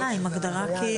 בלול הטלה,